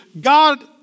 God